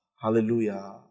Hallelujah